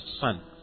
son